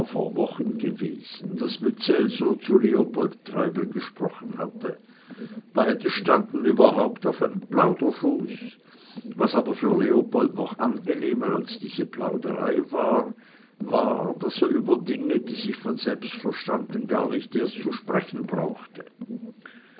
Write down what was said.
vor wochen gewesen daß mützell so zu leopold treibel gesprochen hatte beide standen überhaupt auf einem plauderfuß was aber für leopold noch angenehmer als diese plauderei war war daß er über dinge die sich von selbst verstanden gar nicht erst zu sprechen brauchte